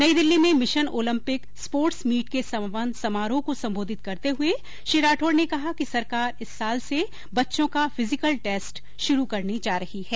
नई दिल्ली में mission Olympic sports meet के समापन समारोह को संबोधित करते हुए श्री राठौड़ ने कहा कि सरकार इस साल से बच्चों का फिजिकल टेस्ट शुरू करने जा रही है